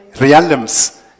realms